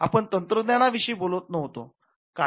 आपण तंत्रज्ञानाविषयी बोलत नव्हतो